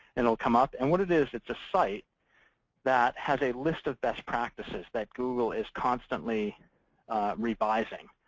and it'll come up. and what it is, it's a site that has a list of best practices that google is constantly revising.